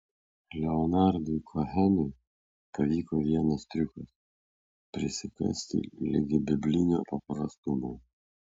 leonardui kohenui pavyko vienas triukas prisikasti ligi biblinio paprastumo